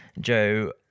joe